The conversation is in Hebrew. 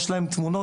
יש להם תמונות,